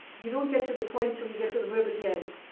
you don't get to the point until you get to the verb at the end.